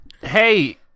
Hey